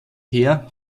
heer